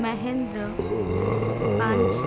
Mahendra punch